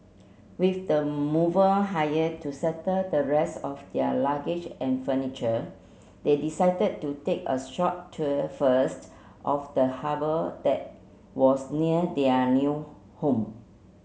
with the mover hired to settle the rest of their luggage and furniture they decided to take a short tour first of the harbour that was near their new home